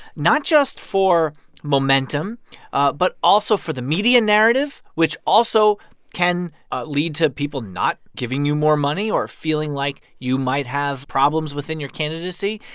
not just for momentum but also for the media narrative, which also can lead to people not giving you more money or feeling like you might have problems within your candidacy.